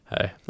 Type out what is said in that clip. hey